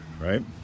right